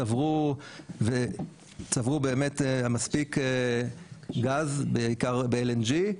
צברו באמת מספיק גז בעיקר ב-LNG,